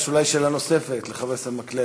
יש אולי שאלה נוספת לחבר הכנסת מקלב.